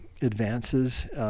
advances